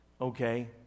Okay